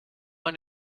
ein